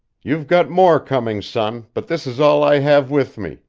you're got more coming, son, but this is all i have with me,